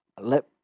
Let